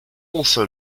also